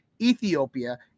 Ethiopia